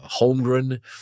Holmgren